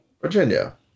Virginia